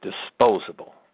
disposable